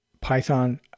Python